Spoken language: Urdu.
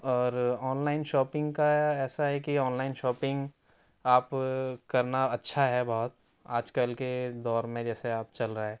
اور آن لائن شاپنگ کا ایسا ہے کہ آن لائن شاپنگ آپ کرنا اچھا ہے بہت آج کل کے دور میں جیسے آب چل رہا ہے